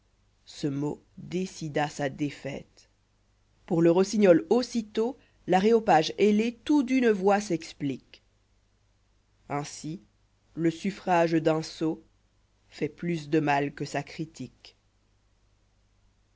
ce mot décida sa défaite pour le rossignol aussitôt l'aréopage ailé tout d'une voix s'explique ainsi le suffrage d'un sot fait plus de mal que sa critique